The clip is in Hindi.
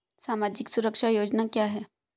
सामाजिक सुरक्षा योजना क्या है?